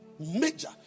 major